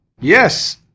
Yes